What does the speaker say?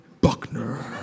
Buckner